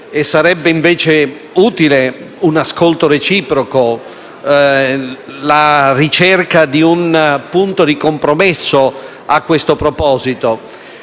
Sarebbe invece utile un ascolto reciproco e la ricerca di un punto di compromesso a questo proposito.